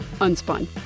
Unspun